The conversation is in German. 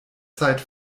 zeit